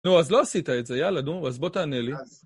נו, אז לא עשית את זה. יאללה, נו, אז בוא תענה לי.